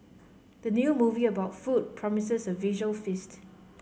the new movie about food promises a visual feast